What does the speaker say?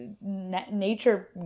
nature